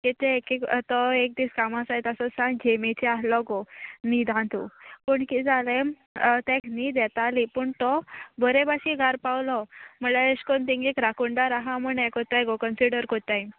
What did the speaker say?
किद्या तो एक दीस कामां साय तसो सांग झेमेचे आहलो गो न्हिदांतू पूण किदें जालें तेका न्हीद येताली पूण तो बोरे भाशेक घारा पावलो म्हळ्यार एश कोन तेंगेक राकोणदार आहा म्हूण हें कोत्ताय गो कोन्सिडर कोत्ताय